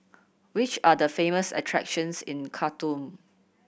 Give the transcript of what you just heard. which are the famous attractions in Khartoum